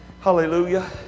Hallelujah